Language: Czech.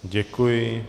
Děkuji.